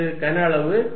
இது கன அளவு